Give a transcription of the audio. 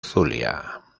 zulia